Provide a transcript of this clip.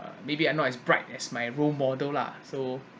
uh maybe I'm not as bright as my role model lah so